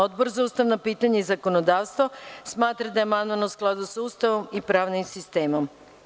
Odbor za ustavna pitanja i zakonodavstvo smatra da je amandman u skladu sa Ustavom i pravnim sistemom.